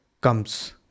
comes